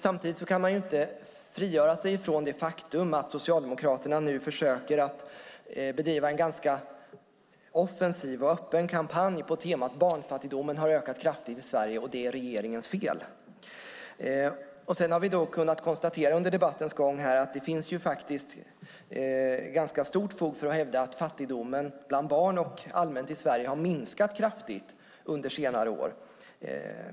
Samtidigt kan man inte frigöra sig från det faktum att Socialdemokraterna nu försöker bedriva en ganska offensiv och öppen kampanj på temat att barnfattigdomen har ökat kraftigt i Sverige och att det är regeringens fel. Vi har under debattens gång kunnat konstatera att det faktiskt finns ganska stort fog för att hävda att fattigdomen bland barn och allmänt i Sverige har minskat kraftigt under senare år.